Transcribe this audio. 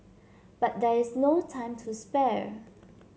but there is no time to spare